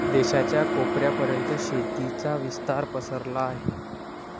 देशाच्या कोपऱ्या पर्यंत शेतीचा विस्तार पसरला आहे